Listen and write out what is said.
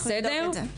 בסדר?